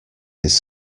his